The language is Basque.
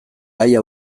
gaia